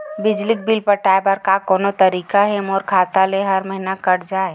बिजली बिल पटाय बर का कोई तरीका हे मोर खाता ले हर महीना कट जाय?